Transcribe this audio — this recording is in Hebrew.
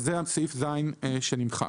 זה סעיף ז' שנמחק.